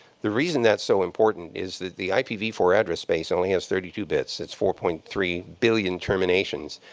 the reason that's so important is that the i p v four address space only has thirty two bits. it's four point three billion terminations.